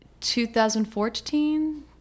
2014